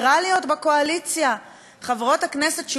חברות הכנסת שולי מועלם-רפאלי ורחל עזריה,